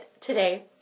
today